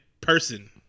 person